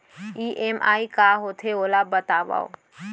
EMI का होथे, ओला बतावव